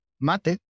Mate